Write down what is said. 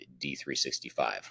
D365